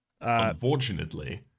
Unfortunately